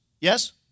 Yes